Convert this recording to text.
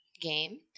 game